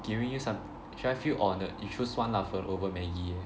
giving you some should I feel honoured you chose 酸辣粉 over maggie eh